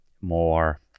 more